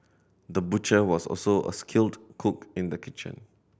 the butcher was also a skilled cook in the kitchen